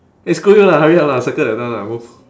eh screw you lah hurry up lah circle that one lah move